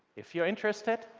if you're interested,